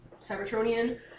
Cybertronian